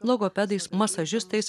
logopedais masažistais